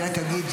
רק אגיד,